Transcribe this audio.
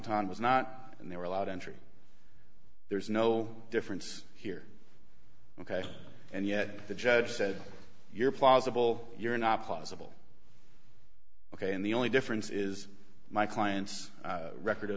entente was not and they were allowed entry there's no difference here ok and yet the judge said you're plausible you're not possible ok and the only difference is my client's record